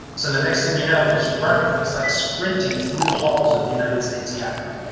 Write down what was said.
so the next thing you know, he's running. he's like sprinting through the halls of the united states capitol,